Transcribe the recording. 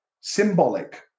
Symbolic